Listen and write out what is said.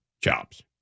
jobs